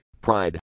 pride